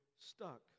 stuck